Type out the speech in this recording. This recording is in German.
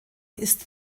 ist